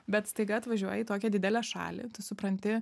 bet staiga atvažiuoji į tokią didelę šalį supranti